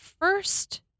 first